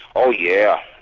oh yeah,